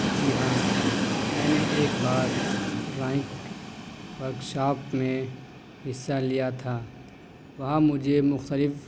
جی ہاں میں نے ایک بار ڈرائنگ ورکشاپ میں حصہ لیا تھا وہاں مجھے مختلف